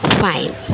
fine